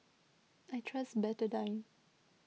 I trust Betadine